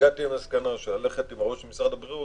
הגעתי למסקנה שללכת עם הראש נגד משרד הבריאות